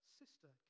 sister